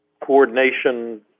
coordination